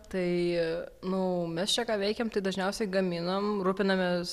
tai nu mes čia ką veikiam tai dažniausiai gaminam rūpinamės